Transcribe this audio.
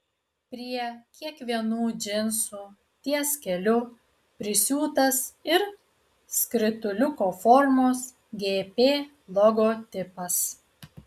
prie kiekvienų džinsų ties keliu prisiūtas ir skrituliuko formos gp logotipas